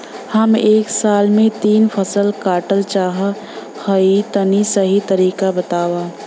हम एक साल में तीन फसल काटल चाहत हइं तनि सही तरीका बतावा?